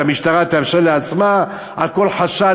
שהמשטרה תרשה לעצמה על כל חשד,